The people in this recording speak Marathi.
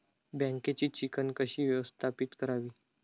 बँकेची चिकण कशी व्यवस्थापित करावी?